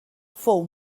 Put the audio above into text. fou